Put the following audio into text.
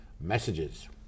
messages